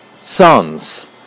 sons